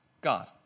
God